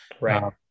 right